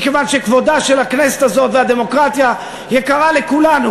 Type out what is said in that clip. מכיוון שכבודה של הכנסת הזאת והדמוקרטיה יקרים לכולנו,